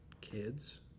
kids